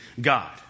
God